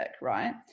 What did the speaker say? right